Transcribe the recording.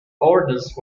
ordnance